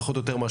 פחות או יותר,